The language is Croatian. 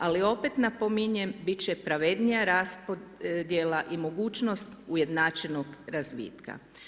Ali, opet napominjem, biti će pravednija raspodjela i mogućnost ujednačenog razvitka.